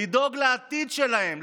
לדאוג לעתיד שלהם,